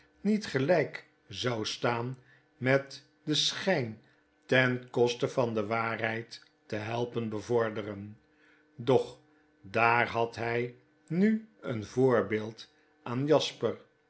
niet gelyk zou staan met den schyn ten koste van de waarheid te helpen bevorderen doch daar had hy nu een voorbeeld aan jasper